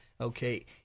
okay